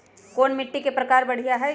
कोन मिट्टी के प्रकार बढ़िया हई?